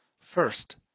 First